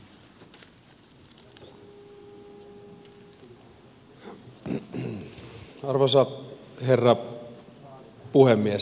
arvoisa herra puhemies